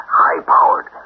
high-powered